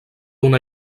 una